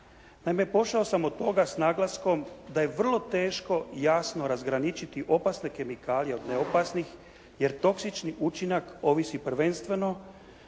Naime pošao sam od toga s naglaskom da je vrlo teško jasno razgraničiti opasne kemikalije od neopasnih jer toksični učinak ovisi prvenstveno